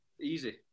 easy